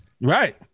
Right